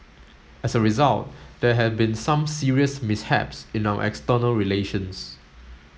as a result there have been some serious mishaps in our external relations